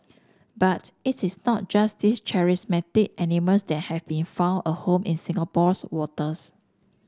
but it is not just these charismatic animals that have been found a home in Singapore's waters